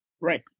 right